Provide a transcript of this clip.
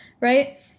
right